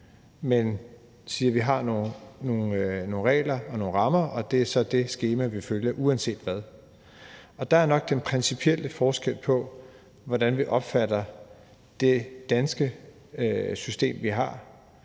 at vi har nogle regler og rammer, og det er så det skema, vi skal følge – uanset hvad. Der er nok den principielle forskel på, hvordan vi opfatter det danske system, vi har,